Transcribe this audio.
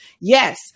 Yes